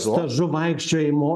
stažu vaikščiojimo